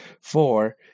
Four